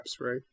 right